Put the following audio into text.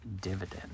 dividend